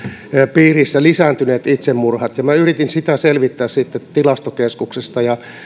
piirissä lisääntyneet itsemurhat minä yritin sitä selvittää sitten tilastokeskuksesta